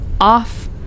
off